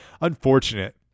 unfortunate